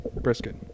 brisket